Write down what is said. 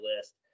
list